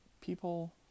people